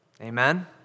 Amen